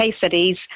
cities